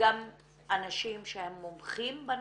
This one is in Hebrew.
גם מומחים בנושא,